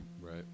right